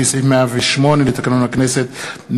לפי סעיף 108 לתקנון הכנסת,